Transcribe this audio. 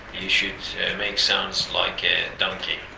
you should make sounds like a donkey.